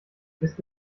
ist